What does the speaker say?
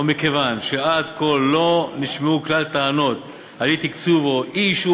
ומכיוון שעד כה לא נשמעו כלל טענות על אי-תקצוב או אי-אישור